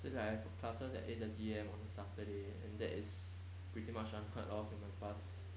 just like I have classes at eight thirty A_M on saturday and that is pretty much unheard of in my past